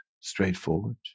straightforward